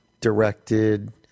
directed